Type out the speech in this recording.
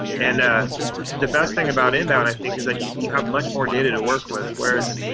and ah the best thing about inbound, i think, is that you you have much more data to work with. whereas,